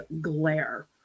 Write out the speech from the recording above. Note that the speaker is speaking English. glare